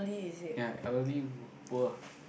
ya elderly poor